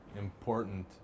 important